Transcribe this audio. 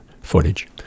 footage